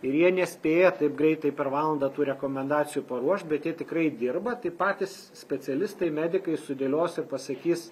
ir jie nespėja taip greitai per valandą tų rekomendacijų paruošt bet jie tikrai dirba tai patys specialistai medikai sudėlios ir pasakys